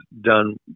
done